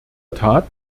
tat